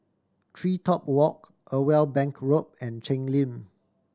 TreeTop Walk Irwell Bank Road and Cheng Lim